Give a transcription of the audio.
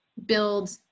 build